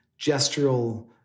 gestural